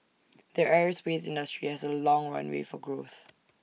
the aerospace industry has A long runway for growth